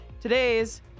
Today's